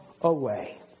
away